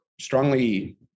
strongly